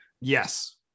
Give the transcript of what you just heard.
Yes